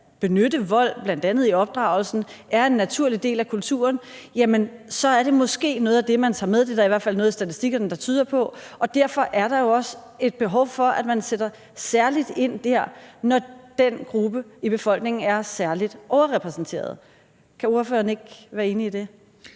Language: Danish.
at benytte vold i bl.a. opdragelsen er en naturlig del af kulturen, så er det måske noget af det, man tager med. Det er der i hvert fald noget i statistikkerne der tyder på. Derfor er der jo også et behov for, at man sætter særlig ind dér, når den gruppe af befolkningen er særlig overrepræsenteret. Kan ordføreren ikke være enig i det?